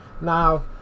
Now